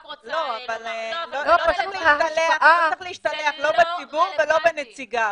לא, אבל לא צריך להשתלח, לא בציבור ולא בנציגיו.